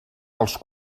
els